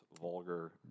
vulgar